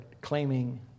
claiming